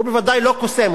הוא בוודאי לא קוסם.